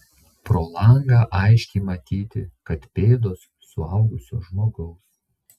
pro langą aiškiai matyti kad pėdos suaugusio žmogaus